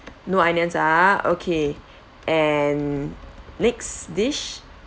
no onions ah okay and next dish